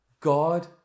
God